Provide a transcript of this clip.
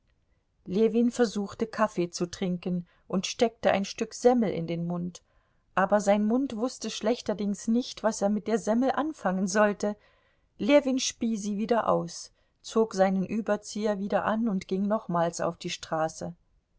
ljewin versuchte kaffee zu trinken und steckte ein stück semmel in den mund aber sein mund wußte schlechterdings nicht was er mit der semmel anfangen sollte ljewin spie sie wieder aus zog seinen überzieher wieder an und ging nochmals auf die straße